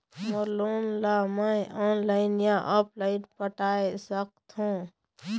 मोर loan ला मैं online या ऑफलाइन पटाए सकथों?